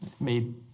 made